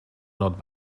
not